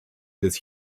des